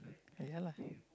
ya lah